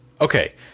okay